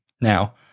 Now